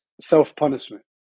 self-punishment